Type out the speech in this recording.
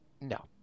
no